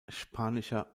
spanischer